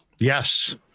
Yes